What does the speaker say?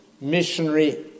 missionary